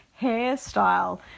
hairstyle